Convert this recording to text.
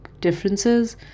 differences